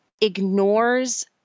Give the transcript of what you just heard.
ignores